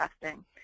testing